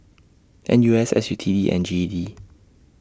N U S S U T D and G E D